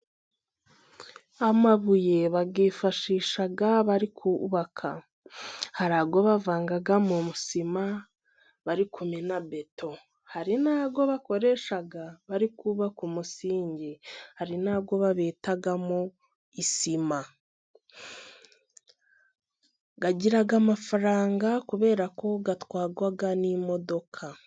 Amabuye bayifashisha bari kubaka, hari ayo bavanga muri sima bari kumena beto, hari nayo bakoresha bari kubaka umusingi, hari nayo babitamo isima. Agira amafaranga kubera ko atwarwa n'imodoka.